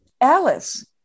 Alice